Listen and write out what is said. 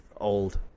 old